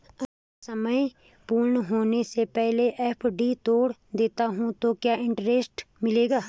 अगर समय पूर्ण होने से पहले एफ.डी तोड़ देता हूँ तो क्या इंट्रेस्ट मिलेगा?